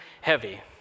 heavy